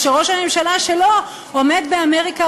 כשראש הממשלה שלו עומד באמריקה,